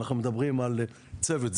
אנחנו מדברים על צוות,